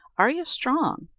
are you strong?